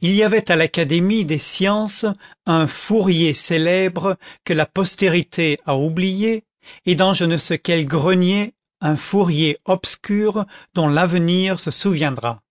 il y avait à l'académie des sciences un fourier célèbre que la postérité a oublié et dans je ne sais quel grenier un fourier obscur dont l'avenir se souviendra